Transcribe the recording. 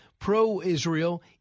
pro-israel